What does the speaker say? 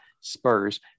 Spurs